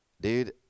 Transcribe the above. dude